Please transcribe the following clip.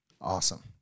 awesome